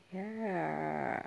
ya